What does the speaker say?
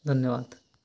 ଧନ୍ୟବାଦ